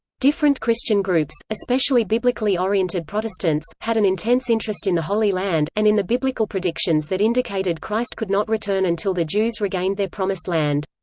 different christian groups, especially biblically-oriented protestants, had an intense interest in the holy land, and in the biblical predictions that indicated christ could not return until the jews regained their promised land.